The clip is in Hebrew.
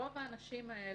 רוב האנשים האלה,